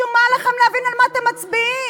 שומה עליכם להבין על מה אתם מצביעים.